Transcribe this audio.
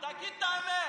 תגיד את האמת.